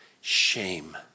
Shame